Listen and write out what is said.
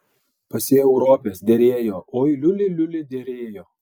pasėjau ropes derėjo oi liuli liuli derėjo